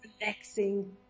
relaxing